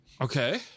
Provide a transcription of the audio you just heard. Okay